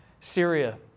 Syria